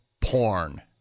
Porn